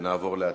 ונעבור להצבעה.